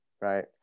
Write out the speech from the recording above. right